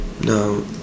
no